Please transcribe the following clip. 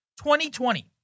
2020